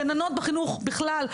גננות בחינוך בכלל,